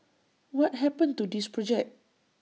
what happened to this project